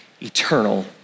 eternal